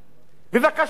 בבקשה.